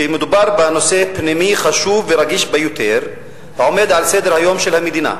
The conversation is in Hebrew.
שמדובר בנושא פנימי חשוב ורגיש ביותר העומד על סדר-היום של המדינה.